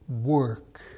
work